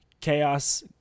chaos